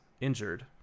injured